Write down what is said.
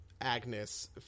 Agnes